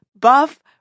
buff